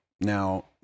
Now